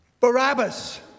Barabbas